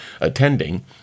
attending